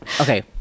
Okay